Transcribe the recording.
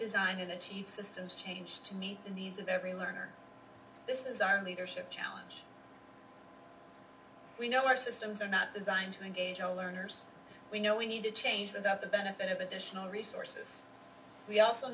design and achieve systems change to meet the needs of every learner this is our leadership challenge we know our systems are not designed to engage our learners we know we need to change without the benefit of additional resources we also